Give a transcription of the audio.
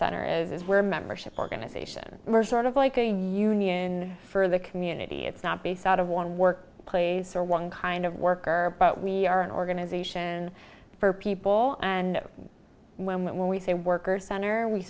center as it were membership organization merge sort of like a union for the community it's not based out of one work place or one kind of worker but we are an organization for people and when we say workers center we